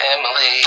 Emily